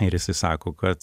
ir jisai sako kad